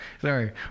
Sorry